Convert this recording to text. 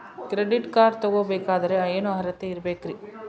Credit card ತೊಗೋ ಬೇಕಾದರೆ ಏನು ಅರ್ಹತೆ ಇರಬೇಕ್ರಿ?